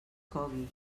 cogui